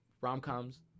rom-coms